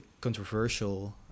controversial